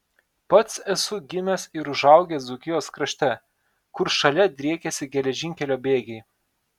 pats esu gimęs ir užaugęs dzūkijos krašte kur šalia driekėsi geležinkelio bėgiai